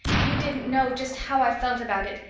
you didn't know just how i felt about it,